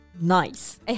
Nice